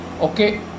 Okay